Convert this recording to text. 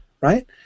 right